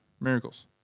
Miracles